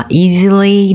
，easily